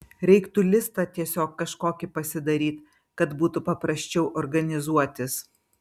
reiktų listą tiesiog kažkokį pasidaryt kad būtų paprasčiau organizuotis